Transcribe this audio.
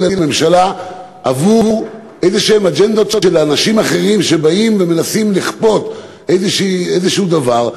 לממשלה עבור אג'נדות של אנשים אחרים שבאים ומנסים לכפות איזה דבר,